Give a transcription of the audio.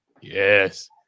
yes